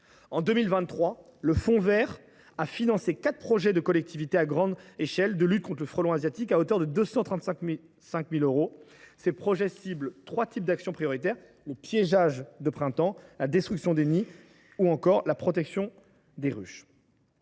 En 2023, le fonds vert a financé quatre projets de collectivités de lutte à grande échelle contre ce nuisible à hauteur de 235 000 euros, qui ciblent trois types d’actions prioritaires : le piégeage de printemps, la destruction des nids et la protection des ruches.